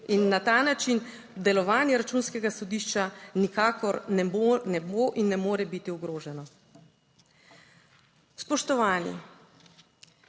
in na ta način delovanje Računskega sodišča nikakor ne bo in ne more biti ogroženo. Spoštovani!